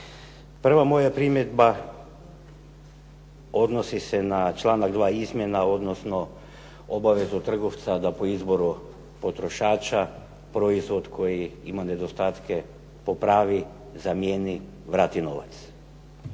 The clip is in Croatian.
Prva moja primjedba odnosi se na članak 2. izmjena, odnosno obavezu trgovca da po izboru potrošača proizvod koji ima nedostatke popravi, zamijeni, vrati novac.